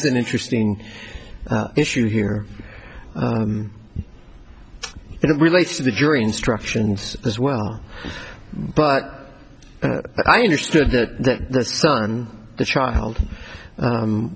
is an interesting issue here and it relates to the jury instructions as well but i understood that the sun the child